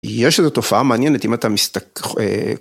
יש איזו תופעה מעניינת אם אתה ..